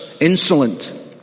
insolent